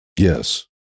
Yes